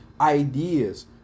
ideas